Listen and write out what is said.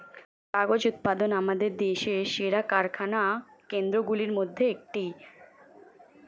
কাগজ উৎপাদন আমাদের দেশের সেরা কারখানা কেন্দ্রগুলির মধ্যে একটি